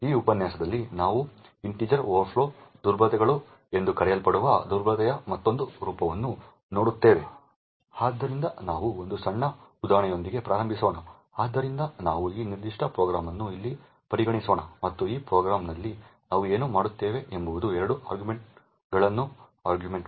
ಈ ಉಪನ್ಯಾಸದಲ್ಲಿ ನಾವು ಇಂಟಿಜರ್ ಓವರ್ಫ್ಲೋ ದುರ್ಬಲತೆಗಳು ಎಂದು ಕರೆಯಲ್ಪಡುವ ದುರ್ಬಲತೆಯ ಮತ್ತೊಂದು ರೂಪವನ್ನು ನೋಡುತ್ತೇವೆ ಆದ್ದರಿಂದ ನಾವು ಒಂದು ಸಣ್ಣ ಉದಾಹರಣೆಯೊಂದಿಗೆ ಪ್ರಾರಂಭಿಸೋಣ ಆದ್ದರಿಂದ ನಾವು ಈ ನಿರ್ದಿಷ್ಟ ಪ್ರೋಗ್ರಾಂ ಅನ್ನು ಇಲ್ಲಿ ಪರಿಗಣಿಸೋಣ ಮತ್ತು ಈ ಪ್ರೋಗ್ರಾಂನಲ್ಲಿ ನಾವು ಏನು ಮಾಡುತ್ತೇವೆ ಎಂಬುದು 2 ಆರ್ಗ್ಯುಮೆಂಟ್ಗಳನ್ನು argv1 ಮತ್ತು argv2 ತೆಗೆದುಕೊಳ್ಳುತ್ತದೆ